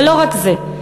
ולא רק זה,